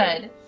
good